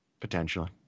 Potentially